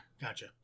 Gotcha